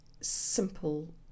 simple